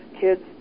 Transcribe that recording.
kids